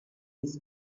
kiss